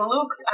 Luke